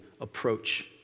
approach